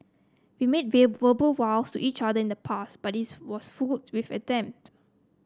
we made verbal vows to each other in the past but it was full attempt